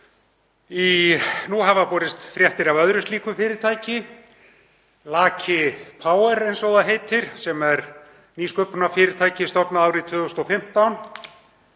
Nú hafa borist fréttir af öðru slíku fyrirtæki, Laki Power, eins og það heitir, sem er nýsköpunarfyrirtæki stofnað árið 2015.